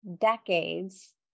decades